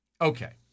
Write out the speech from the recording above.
Okay